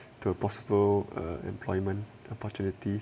to a possible employment opportunity